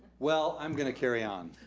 well, i'm gonna carry on.